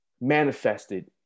manifested